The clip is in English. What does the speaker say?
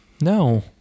No